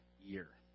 year